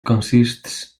consists